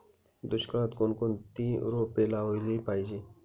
दुष्काळात कोणकोणती रोपे लावली पाहिजे?